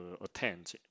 attend